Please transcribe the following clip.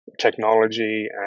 technology